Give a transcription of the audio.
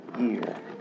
year